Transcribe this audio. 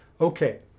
Okay